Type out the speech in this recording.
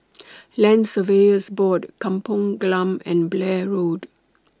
Land Surveyors Board Kampong Glam and Blair Road